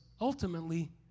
ultimately